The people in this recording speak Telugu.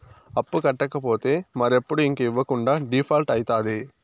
అప్పు కట్టకపోతే మరెప్పుడు ఇంక ఇవ్వకుండా డీపాల్ట్అయితాది